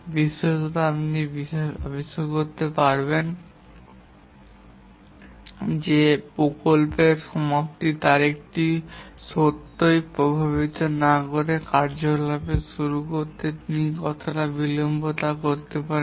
বিশেষত আপনি আবিষ্কার দেখতে পারেন যে প্রকল্পের সমাপ্তির তারিখকে সত্যই প্রভাবিত না করে কার্যকলাপের শুরু করতে তিনি কতটা বিলম্ব করতে পারেন